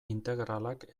integralak